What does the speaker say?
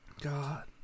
God